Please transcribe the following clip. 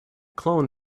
clone